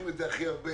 הכי הרבה